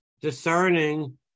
discerning